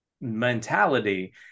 mentality